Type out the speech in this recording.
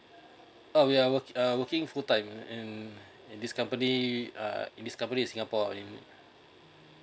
oh ya work~ working full time in in this company uh in this company in singapore